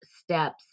steps